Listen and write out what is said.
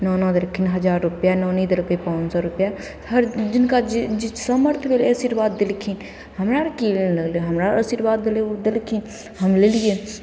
नाना देलखिन हजार रुपैआ नानी देलकै पाँच सओ रुपैआ हर जिनका जे जे सामर्थ्य भेलै आशीर्वाद देलखिन हमरा आओर कि लगलै हमरा आशीर्वाद भेलै ओ देलखिन हम लेलिए